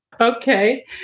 Okay